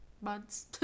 months